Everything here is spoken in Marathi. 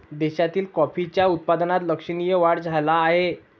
देशातील कॉफीच्या उत्पादनात लक्षणीय वाढ झाला आहे